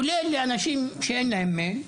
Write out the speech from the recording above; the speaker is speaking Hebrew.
כולל לאנשים שאין להם מייל,